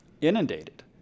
Inundated